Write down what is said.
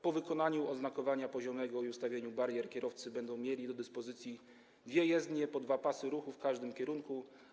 Po wykonaniu oznakowania poziomego i ustawieniu barier kierowcy będą mieli do dyspozycji dwie jezdnie po dwa pasy ruchu w każdym kierunku.